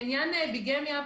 לעניין ביגמיה,